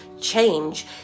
change